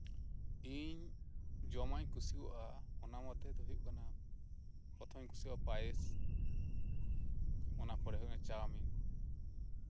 ᱤᱧ ᱫᱚᱢᱟᱜ ᱤᱧ ᱠᱩᱤᱣᱟᱜᱼᱟ ᱚᱱᱟᱠᱚ ᱢᱚᱫᱽᱫᱷᱮ ᱨᱮ ᱵᱩᱭᱩᱜ ᱠᱟᱱᱟ ᱯᱨᱚᱛᱷᱚᱢᱤᱧ ᱠᱩᱥᱤᱣᱟᱜᱼᱟ ᱯᱟᱭᱮᱥ ᱛᱟᱨᱯᱚᱨᱮ ᱦᱩᱭᱩᱜ ᱠᱟᱱᱟ ᱪᱟᱣᱢᱤᱱ